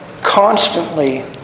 constantly